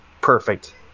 perfect